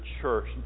church